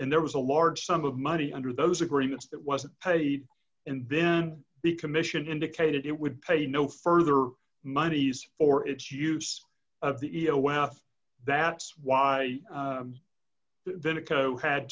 and there was a large sum of money under those agreements that wasn't paid and been be commission indicated it would pay no further monies for its use of the e o f that's why